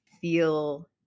feel